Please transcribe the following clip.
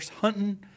hunting